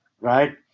right